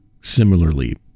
similarly